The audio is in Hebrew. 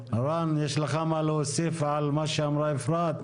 רן, יש לך מה להוסיף על מה שאמרה אפרת,